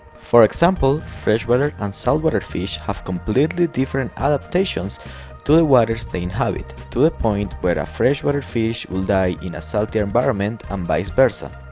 for example freshwater and saltwater fish have completely different adaptations to the waters they inhabit to the ah point where a freshwater fish will die in a salty environment and vice versa